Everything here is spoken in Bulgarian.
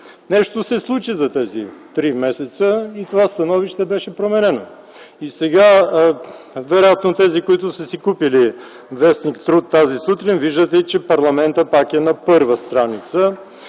нещо се случи за тези три месеца и това становище беше променено. Вероятно тези, които сте си купили в. „Труд” тази сутрин, виждате, че парламентът пак е на първа страница